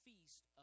feast